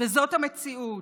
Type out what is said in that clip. זאת המציאות.